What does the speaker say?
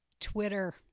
Twitter